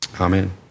Amen